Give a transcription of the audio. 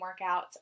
workouts